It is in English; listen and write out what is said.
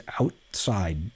outside